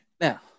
Now